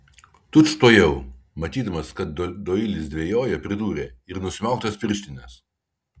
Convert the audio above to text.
tučtuojau matydamas kad doilis dvejoja pridūrė ir nusimauk tas pirštines